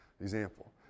example